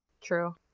True